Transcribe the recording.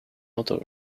auto